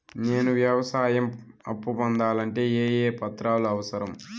నేను వ్యవసాయం అప్పు పొందాలంటే ఏ ఏ పత్రాలు అవసరం?